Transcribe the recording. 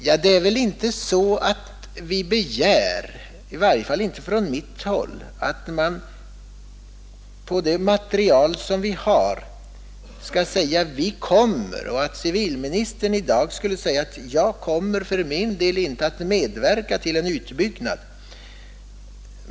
Nej, det är väl inte så att vi har begärt — åtminstone gör vi inte det från mitt håll — att civilministern på det material vi har i dag skall kunna säga att han för sin del inte kommer att medverka till en utbyggnad.